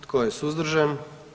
Tko je suzdržan?